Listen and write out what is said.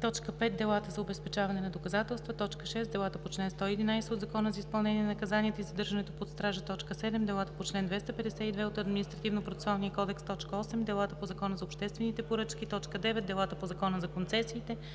5. Делата за обезпечаване на доказателства; 6. Делата по чл. 111 от Закона за изпълнение на наказанията и задържането под стража; 7. Делата по чл. 252 от Административнопроцесуалния кодекс; 8. Делата по Закона за обществените поръчки; 9. Делата по Закона за концесиите;